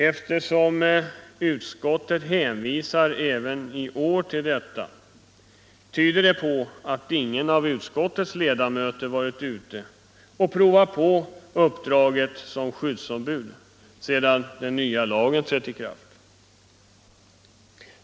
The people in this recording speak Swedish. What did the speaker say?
Att utskottet även i år hänvisar till detta uttalande tyder väl på att ingen av utskottets ledamöter varit ute och provat på uppdraget som skyddsombud sedan den nya lagen trädde i kraft.